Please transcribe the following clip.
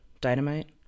Dynamite